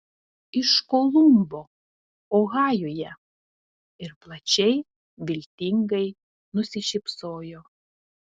iš kolumbo ohajuje ir plačiai viltingai nusišypsojo